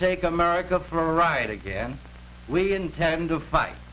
take america for a ride again we intend to fight